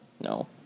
No